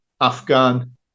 afghan